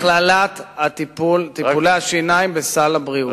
את הכללת טיפולי השיניים בסל הבריאות.